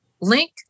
link